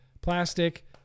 plastic